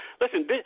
Listen